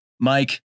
Mike